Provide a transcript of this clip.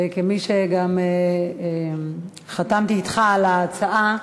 כמי שגם חתמה אתך על ההצעה.